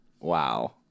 Wow